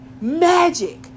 magic